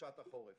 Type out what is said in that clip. וחופשת החורף.